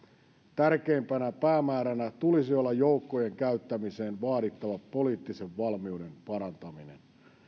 tärkeimpänä päämääränä tulisi olla joukkojen käyttämiseen vaadittava poliittisen valmiuden parantaminen